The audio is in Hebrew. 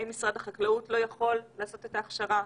האם משרד החקלאות לא יכול לעשות את ההכשרה,